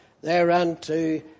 thereunto